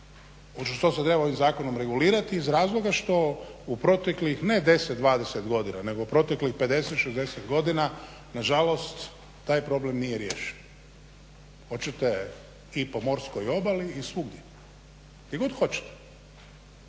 što se treba ovim zakonom regulirati iz razloga što u proteklih ne 10, 20 godina nego u proteklih 50, 60 godina nažalost taj problem nije riješen. Hoćete i po morskoj obali i svugdje, gdje god hoćete.